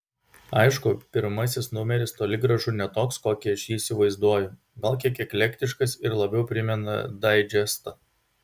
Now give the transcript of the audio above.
aišku pirmasis numeris toli gražu ne toks kokį aš jį įsivaizduoju gal kiek eklektiškas ir labiau primena daidžestą